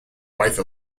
wife